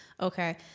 okay